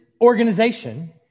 organization